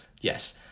Yes